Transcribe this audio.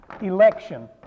election